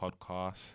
Podcast